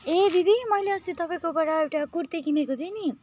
ए दिदी मैले अस्ति तपाईँकोबाट एउटा कुर्ती किनेको थिएँ नि